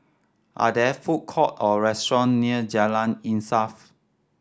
are there food court or restaurant near Jalan Insaf